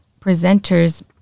presenters